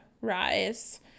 rise